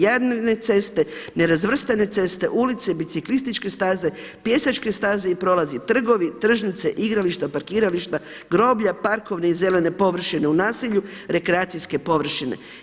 Javne ceste, nerazvrstane ceste, ulice, biciklističke staze, pješačke staze i prolazi, trgovi, tržnice, igrališta, parkirališta, groblja, parkovi i zelene površine u naselju, rekreacijske površine.